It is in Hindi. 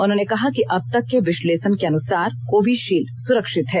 उन्होंने कहा कि अब तक के विश्लेषण के अनुसार कोविशील्ड सुरक्षित है